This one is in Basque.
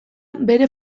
bere